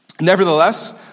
Nevertheless